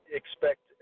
expect